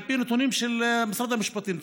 על פי נתונים של משרד המשפטים,